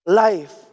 life